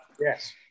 Yes